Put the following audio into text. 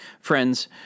Friends